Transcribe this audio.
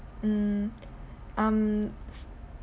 mm um